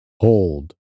Hold